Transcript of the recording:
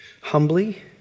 humbly